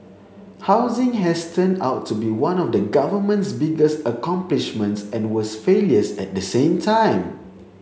housing has turned out to be one of the government's biggest accomplishments and worst failures at the same time